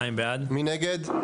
2 נגד,